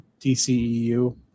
DCEU